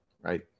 right